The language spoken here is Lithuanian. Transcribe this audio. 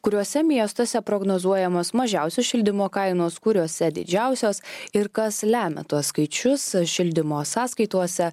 kuriuose miestuose prognozuojamos mažiausios šildymo kainos kuriose didžiausios ir kas lemia tuos skaičius šildymo sąskaitose